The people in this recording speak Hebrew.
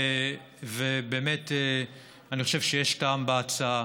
ואני חושב שיש טעם בהצעה.